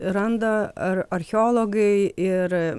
randa ar archeologai ir